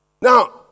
Now